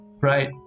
Right